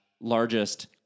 largest